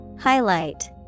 Highlight